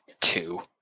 two